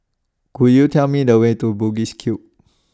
Could YOU Tell Me The Way to Bugis Cube